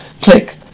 Click